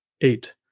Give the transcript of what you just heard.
Eight